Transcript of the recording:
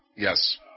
Yes